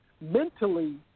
mentally